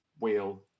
wheel